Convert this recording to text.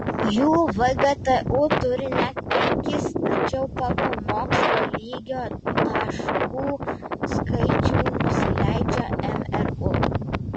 jų vgtu turi net penkis tačiau pagal mokslo lygio taškų skaičių nusileidžia mru